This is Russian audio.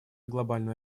глобального